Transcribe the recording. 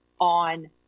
on